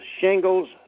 Shingles